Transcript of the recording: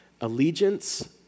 Allegiance